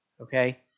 Okay